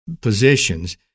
positions